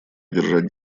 одержать